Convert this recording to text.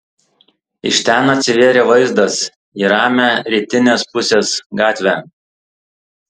iš ten atsivėrė vaizdas į ramią rytinės pusės gatvę